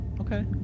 Okay